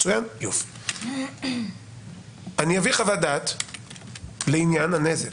אני אביא חוות דעת לעניין הנזק.